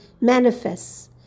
manifests